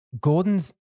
Gordon's